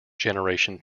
generation